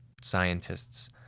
scientists